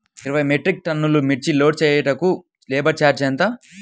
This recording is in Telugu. ఇరవై మెట్రిక్ టన్నులు మిర్చి లోడ్ చేయుటకు లేబర్ ఛార్జ్ ఎంత?